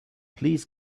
please